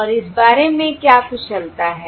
और इस बारे में क्या कुशलता है